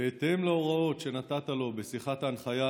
"בהתאם להוראות שנתת לו בשיחת ההנחיה,